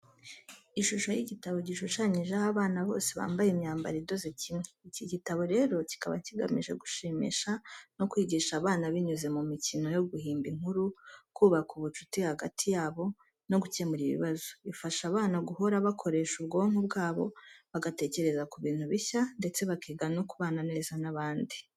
Ishusho y’igitabo, gishushanyijeho abana bose bambaye imyambaro idoze kimwe. Iki igitabo rero kikaba kigamije gushimisha no kwigisha abana binyuze mu mikino yo guhimba inkuru, kubaka ubucuti hagati yabo, no gukemura ibibazo. Ifasha abana guhora bakoresha ubwonko bwabo, bagatekereza ku bintu bishya ndetse bakiga no kubana neza n’abandi.